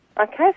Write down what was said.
Okay